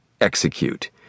execute